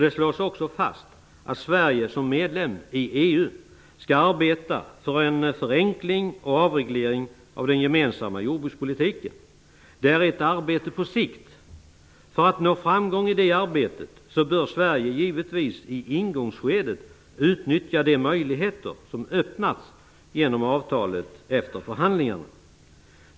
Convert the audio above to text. Det slås också fast att Sverige som medlem i EU skall arbeta för en förenkling och avreglering av den gemensamma jordbrukspolitiken. Det är ett arbete på sikt. För att nå framgång i det arbetet bör Sverige givetvis i ingångsskedet utnyttja de möjligheter som efter förhandlingarna öppnas genom avtalet.